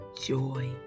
joy